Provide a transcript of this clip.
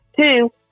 Two